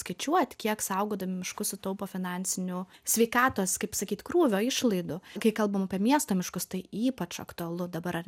skaičiuot kiek saugodami miškus sutaupo finansinių sveikatos kaip sakyt krūvio išlaidų kai kalbam apie miesto miškus tai ypač aktualu dabar ar